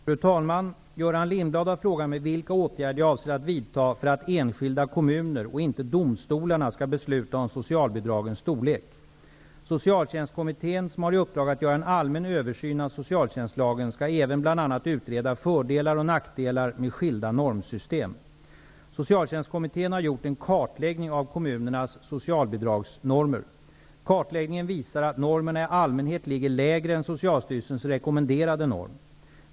Fru talman! Göran Lindblad har frågat mig vilka åtgärder jag avser att vidta för att enskilda kommuner och inte domstolarna skall besluta om socialbidragens storlek. Socialtjänstkommittén som har i uppdrag att göra en allmän översyn av socialtjänstlagen skall även bl.a. utreda fördelar och nackdelar med skilda normsystem. Socialtjänstkommittén har gjort en kartläggning av kommunernas socialbidragsnormer. Kartläggningen visar att normerna i allmänhet ligger lägre än Socialstyrelsens rekommenderade norm.